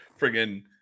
friggin